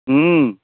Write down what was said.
हँ